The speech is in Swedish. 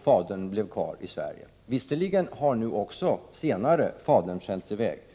Fadern blev kvar i Sverige. Visserligen har fadern senare sänts i väg.